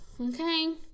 Okay